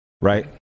Right